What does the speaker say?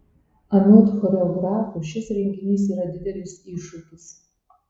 anot choreografo šis renginys yra didelis iššūkis